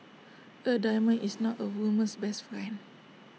A diamond is not A woman's best friend